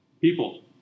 people